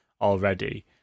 already